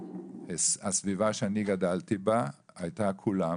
הסביבה שאני גדלתי בה הייתה כולם